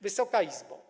Wysoka Izbo!